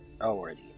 already